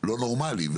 לא נורמלי.